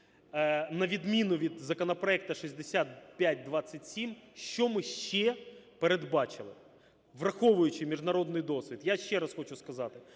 на відміну від законопроекту 6527, що ми ще передбачили, враховуючи міжнародний досвід. Я ще раз хочу сказати: